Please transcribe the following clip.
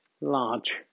large